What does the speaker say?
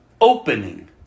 opening